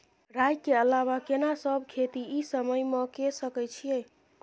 राई के अलावा केना सब खेती इ समय म के सकैछी?